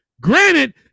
Granted